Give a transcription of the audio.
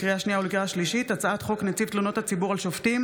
לקריאה שנייה ולקריאה שלישית: הצעת חוק נציב תלונות הציבור על שופטים